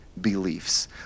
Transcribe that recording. beliefs